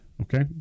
Okay